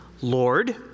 Lord